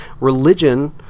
religion